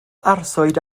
arswyd